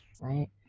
right